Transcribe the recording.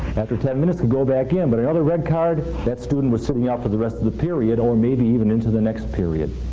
after ten minutes they go back in, but another red card that student was sitting out for the rest of the period, or maybe even into the next period.